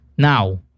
Now